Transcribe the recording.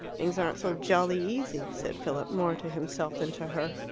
things aren't so jolly easy, said philip, more to himself than to her.